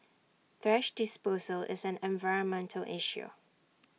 thrash disposal is an environmental issue